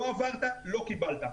לא עברת לא קיבלת.